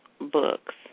books